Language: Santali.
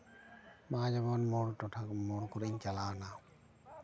ᱱᱚᱣᱟ ᱡᱮᱢᱚᱱ ᱢᱳᱲ ᱴᱚᱴᱷᱟ ᱢᱳᱲ ᱠᱚᱨᱮᱧ ᱪᱟᱞᱟᱣᱱᱟ